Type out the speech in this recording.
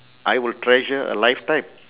I will treasure a lifetime